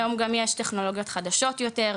היום גם יש טכנולוגיות חדשות יותר,